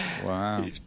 Wow